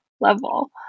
level